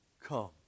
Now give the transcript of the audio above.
come